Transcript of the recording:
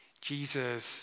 Jesus